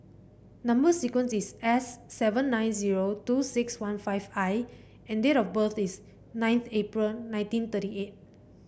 number sequence is S seven nine zero two six one five I and date of birth is ninth April nineteen thirty eight